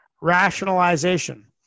Rationalization